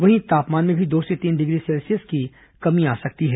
वहीं तापमान में भी दो से तीन डिग्री सेल्सियस की कमी आ सकती है